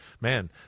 Man